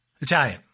Italian